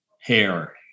hair